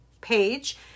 page